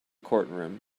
courtroom